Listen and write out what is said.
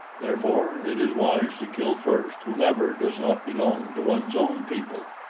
therefore it is wise to kill first whomever does not belong to one's own people.